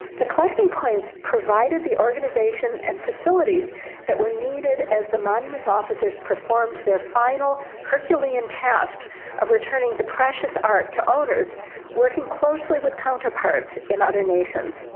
the collecting points provided the organization and facilities that were needed as the monuments officers performed their final herculean task or ah returning the precious art to owners working closely with counterparts in other nations.